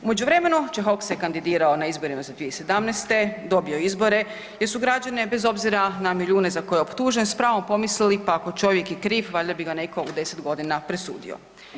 U međuvremenu Čehok se kandidirao na izborima 2017., dobio izbore jer su građane bez obzira na milijune za koje je optužen s pravom pomislili pa ako je čovjek i kriv valjda bi ga netko u 10 godina presudio.